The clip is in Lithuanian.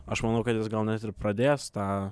aš manau kad jis gal net ir pradės tą